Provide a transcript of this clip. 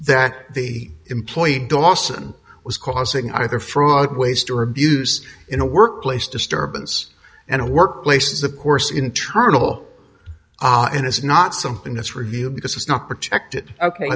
that the employee dawson was causing either fraud waste or abuse in a workplace disturbance and a workplace is of course internal and it's not something that's review because it's not protected ok